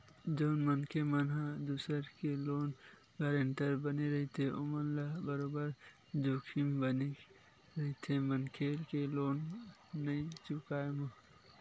जउन मनखे मन ह दूसर के लोन गारेंटर बने रहिथे ओमन ल बरोबर जोखिम बने रहिथे मनखे के लोन नइ चुकाय म